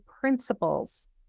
principles